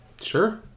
Sure